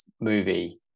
movie